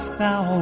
thou